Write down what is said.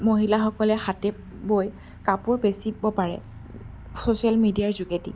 মহিলাসকলে হাতে বৈ কাপোৰ বেচিব পাৰে চ'ছিয়েল মিডিয়াৰ যোগেদি